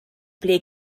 ble